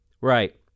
right